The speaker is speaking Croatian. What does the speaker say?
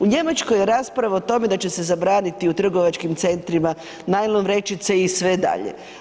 U Njemačkoj je rasprava o tome da će se zabraniti u trgovačkim centrima najlon vrećice i sve dalje.